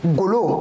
golo